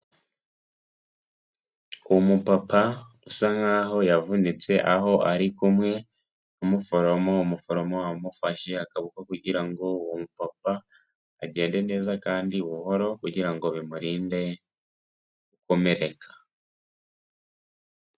Umupapa usa nkaho yavunitse aho ari kumwe n'umuforomo, umuforomo amufashe akaboko kugira ngo, uwo papa agende neza kandi buhoro kugira ngo bimurinde gukomereka.